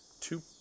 two